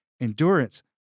endurance